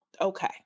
okay